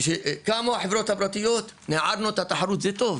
כשקמו החברות הפרטיות, ניערנו את התחרות וזה טוב,